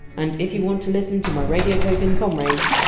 and if you want to listen to my radiotopian comrades,